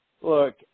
Look